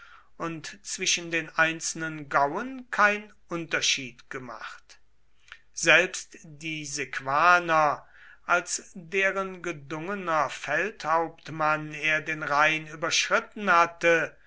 und zwischen den einzelnen gauen kein unterschied gemacht selbst die sequaner als deren gedungener feldhauptmann er den rhein überschritten hatte